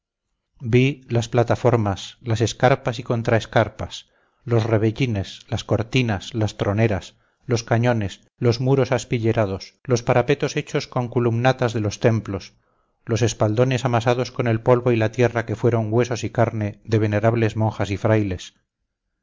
vi las plataformas las escarpas y contra escarpas los rebellines las cortinas las troneras los cañones los muros aspillerados los parapetos hechos con columnatas de los templos los espaldones amasados con el polvo y la tierra que fueron huesos y carne de venerables monjas y frailes